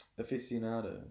aficionado